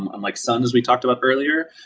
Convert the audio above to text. unlike sun, as we talked about earlier.